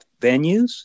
venues